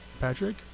Patrick